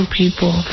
people